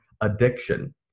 addiction